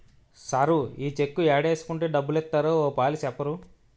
sir ఈ cheque ఏడేసుకుంటే డబ్బులిత్తారో ఓ పాలి సెప్పరూ